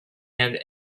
end